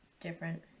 Different